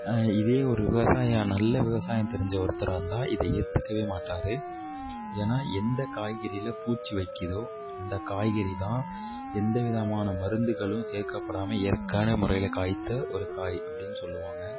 இதே ஒரு விவசாயம் நல்ல விவசாயம் தெரிஞ்ச ஒருத்தராக இருந்தால் இதை ஏற்றுக்கவே மாட்டார் ஏன்னால் எந்த காய்கறியில் பூச்சி வைக்குதோ அந்த காய்கறி தான் எந்த விதமான மருந்துகளும் சேர்க்கப்படாமல் இயற்கையான முறையில் காய்த்த ஒரு காய் அப்படினு சொல்லுவாங்க